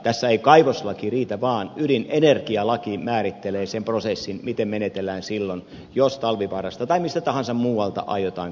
tässä ei kaivoslaki riitä vaan ydinenergialaki määrittelee sen prosessin miten menetellään silloin jos talvivaarasta tai mistä tahansa muualta aiotaan kaivaa uraania